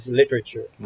literature